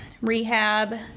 rehab